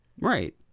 Right